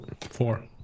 Four